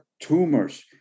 Tumors